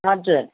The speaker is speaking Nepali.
हजुर